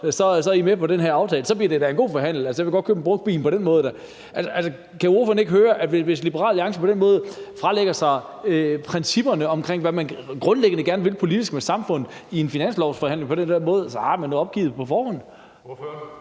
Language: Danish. så er I med i den aftale. Så bliver det da en god forhandling. Altså, jeg vil da godt købe en brugt bil på den måde. Kan ordføreren ikke høre, at hvis Liberal Alliance på den måde fralægger sig principperne omkring, hvad man grundlæggende gerne vil politisk med samfundet, i en finanslovsforhandling på den der måde, har man jo opgivet på forhånd? Kl.